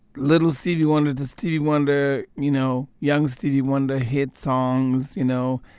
little stevie wonder the stevie wonder you know, young stevie wonder hit songs, you know,